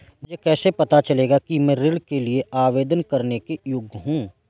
मुझे कैसे पता चलेगा कि मैं ऋण के लिए आवेदन करने के योग्य हूँ?